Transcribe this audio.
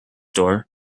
door